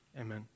Amen